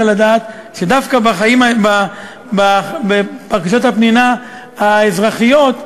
צריך לדעת שדווקא בבקשות החנינה האזרחיות,